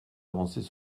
avancées